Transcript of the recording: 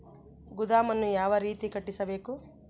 ಗೋದಾಮನ್ನು ಯಾವ ರೇತಿ ಕಟ್ಟಿಸಬೇಕು?